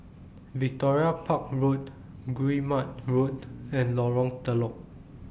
Victoria Park Road Guillemard Road and Lorong Telok